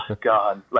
God